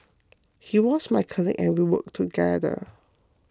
he was my colleague and we worked together